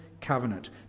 covenant